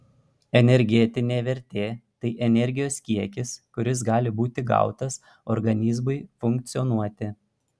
energetinė vertė tai energijos kiekis kuris gali būti gautas organizmui funkcionuoti